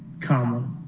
comma